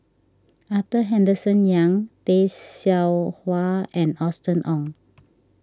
Arthur Henderson Young Tay Seow Huah and Austen Ong